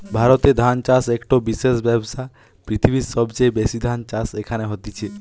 ভারতে ধান চাষ একটো বিশেষ ব্যবসা, পৃথিবীর সবচেয়ে বেশি ধান চাষ এখানে হতিছে